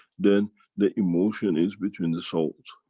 then the emotion is between the souls.